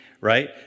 right